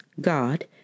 God